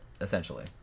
essentially